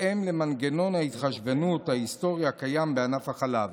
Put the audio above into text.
בהתאם למנגנון ההתחשבנות ההיסטורי הקיים בענף החלב,